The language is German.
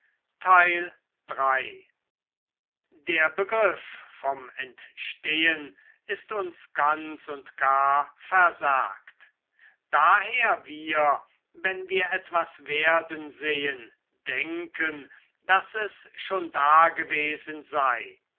ist uns ganz und gar versagt daher wir wenn wir etwas werden sehen denken daß es schon dagewesen sei